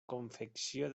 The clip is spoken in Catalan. confecció